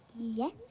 Yes